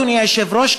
אדוני היושב-ראש,